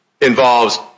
involves